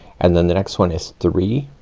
and then the next one is three,